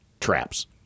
traps